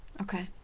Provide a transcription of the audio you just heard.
okay